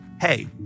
Hey